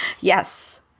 Yes